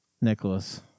Nicholas